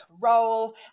role